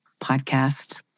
Podcast